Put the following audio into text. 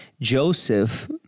Joseph